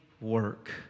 work